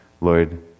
Lord